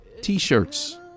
T-shirts